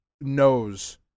knows